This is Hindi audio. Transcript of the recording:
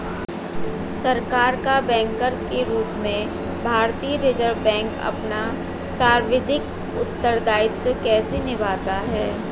सरकार का बैंकर के रूप में भारतीय रिज़र्व बैंक अपना सांविधिक उत्तरदायित्व कैसे निभाता है?